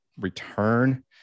return